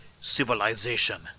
civilization